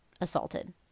assaulted